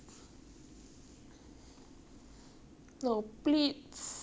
oh pleats ya maybe